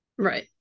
Right